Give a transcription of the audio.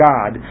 God